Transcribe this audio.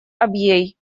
абьей